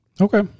Okay